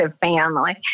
family